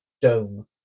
Dome